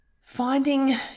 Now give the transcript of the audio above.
finding